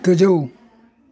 गोजौ